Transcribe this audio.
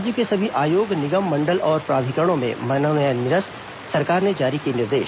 राज्य के सभी आयोग निगम मंडल और प्राधिकरणों में मनोनयन निरस्त सरकार ने जारी किए निर्देश